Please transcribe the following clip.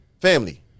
family